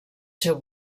seu